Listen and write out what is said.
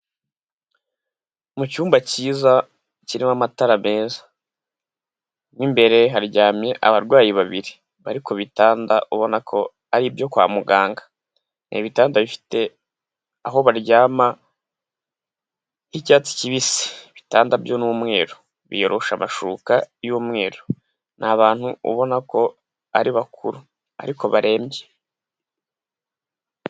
Mu cyumba cyiza kirimo amatara meza, mo imbere haryamye abarwayi babiri bari ku bitanda ubona ko ari ibyo kwa muganga, ibi bitanda bifite aho baryama h'icyatsi kibisi, ibitanda byo n'umweru biyoroshe abashuka y'umweru, n'abantu ubona ko ari bakuru ariko barembye.